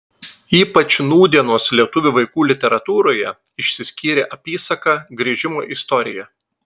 ypač nūdienos lietuvių vaikų literatūroje išsiskyrė apysaka grįžimo istorija